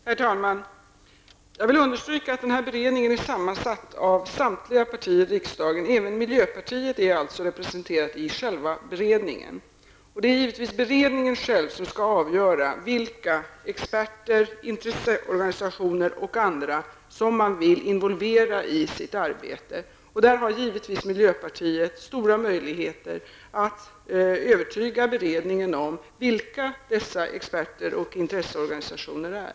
Herr talman! Jag vill understryka att denna beredning är sammansatt av representanter för samtliga partier riksdagen. Följaktligen är även miljöpartiet representerat i själva beredningen. Det är givetvis inom beredningen som det skall avgöras vilka experter, intresseorganisationer och andra som man vill involvera i sitt arbetet. Här har miljöpartiet stora möjligheter att övertyga beredning om vilka dessa experter och intresseorganisationer är.